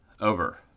Over